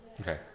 okay